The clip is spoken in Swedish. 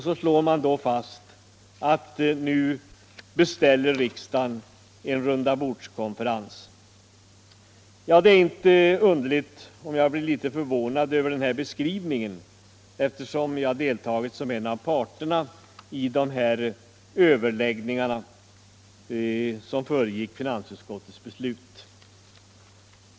Så slår man fast: ”Nu beställer riksdagen en rundabordskonferens.” Ja, det är inte underligt om jag blir litet förvånad över den här beskrivningen, eftersom jag har deltagit som en av parterna i de överläggningar som föregick finansutskottets beslut.